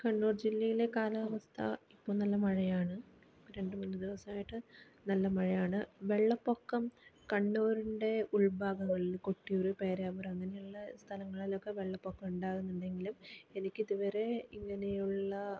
കണ്ണൂർ ജില്ലയിലെ കാലാവസ്ഥ ഇപ്പോൾ നല്ല മഴയാണ് രണ്ടുമൂന്ന് ദിവസമായിട്ട് നല്ല മഴയാണ് വെള്ളപ്പൊക്കം കണ്ണൂരിൻ്റെ ഉൾഭാഗങ്ങളിൽ കൊട്ടിയൂർ പേരാമ്പ്ര അങ്ങനെയുള്ള സ്ഥലങ്ങളിലൊക്കെ വെള്ളപ്പൊക്കം ഉണ്ടാവുന്നുണ്ടെങ്കിലും എനിക്ക് ഇതുവരെ ഇങ്ങനെയുള്ള